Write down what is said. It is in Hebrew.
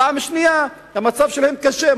ופעם שנייה כי המצב שלהם קשה,